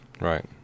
Right